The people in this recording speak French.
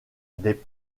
des